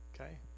okay